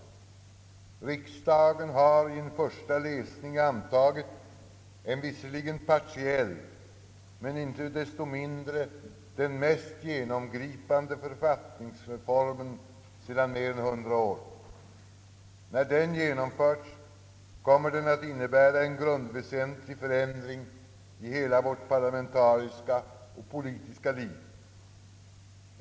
Riksdagen har i den första läsningen antagit en visserligen partiell men icke desto mindre den mest genomgripande författningsreformen sedan mer än 100 år. När den genomförts kommer den ati innebära en grundväsentlig förändring i hela vårt parlamentariska och politiska liv.